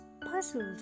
puzzled